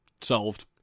solved